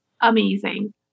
amazing